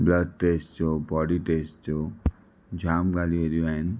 blood test जो body test जो जामु ॻाल्हियूं अहिड़ियूं आहिनि